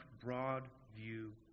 broad-view